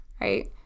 Right